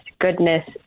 goodness